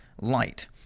light